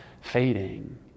fading